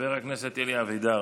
חבר הכנסת אלי אבידר,